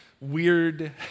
weird